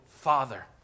father